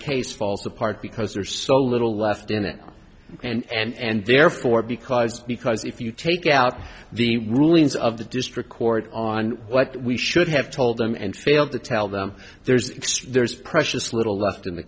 case falls apart because there's so little left in it and therefore because because if you take out the rulings of the district court on what we should have told them and failed to tell them there's there's precious little left in the